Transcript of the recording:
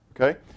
Okay